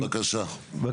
בבקשה.